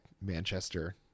manchester